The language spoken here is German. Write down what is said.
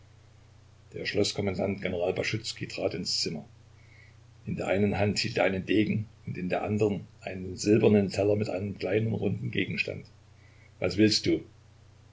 der schloßkommandant general baschuzkij trat ins zimmer in der einen hand hielt er einen degen und in der andern einen silbernen teller mit einem kleinen runden gegenstand was willst du